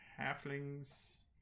halflings